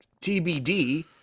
TBD